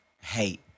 hate